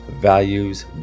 values